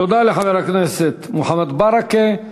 תודה לחבר הכנסת מוחמד ברכה.